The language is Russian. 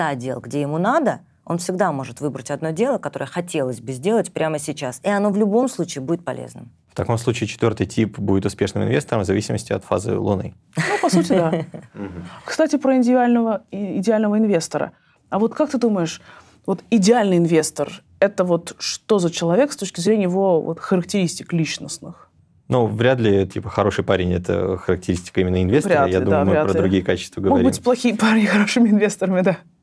дел, где ему надо, он всегда может выбрать одно дело, которое хотелось бы сделать прямо сейчас, и оно в любом случае будет полезным. В таком случае четвертый тип будет успешным инвестором в зависимости от фазы Луны. Ну, по сути, да. Мгм. Кстати, про идеального и- идеального инвестора. А вот как ты думаешь, вот идеальный инвестор — это вот что за человек с точки зрения его вот характеристик личностных? Ну, вряд ли, типа, хороший парень — это характеристика именно инвестора. Вряд Я ли, думаю, да, мы вряд про ли. другие качества Могут быть говорим. плохие парни хорошими инвесторами, да.